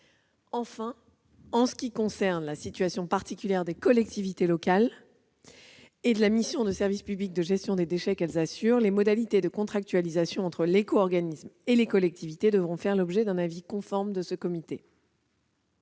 Enfin, en ce qui concerne la situation particulière des collectivités locales et la mission de service public de gestion des déchets qu'elles assurent, les modalités de contractualisation entre l'éco-organisme et les collectivités devront faire l'objet d'un avis conforme de ce comité.